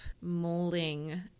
molding